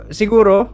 siguro